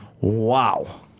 wow